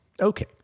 Okay